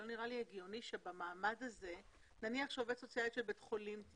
נניח שתהיה שם עובדת סוציאלית של בית החולים.